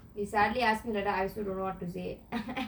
you suddenly ask me I also don't know what to say